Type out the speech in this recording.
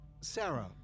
Sarah